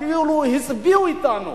אפילו הצביעו אתנו,